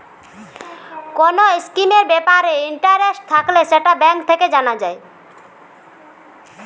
কোন স্কিমের ব্যাপারে ইন্টারেস্ট থাকলে সেটা ব্যাঙ্ক থেকে জানা যায়